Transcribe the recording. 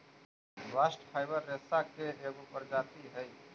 bast fiber रेसा के एगो प्रजाति हई